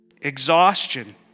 exhaustion